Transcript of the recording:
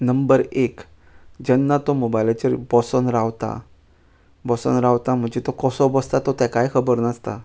number एक जेन्ना तो मोबायलाचेर बसून रावता बसून रावता म्हणजे तो कसो बसता तो तकाय खबर नासता